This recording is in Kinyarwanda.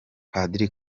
padiri